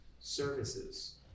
services